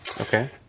Okay